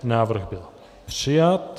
Návrh byl přijat.